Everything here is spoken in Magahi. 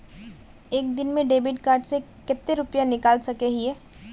एक दिन में डेबिट कार्ड से कते रुपया निकल सके हिये?